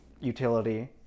utility